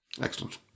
Excellent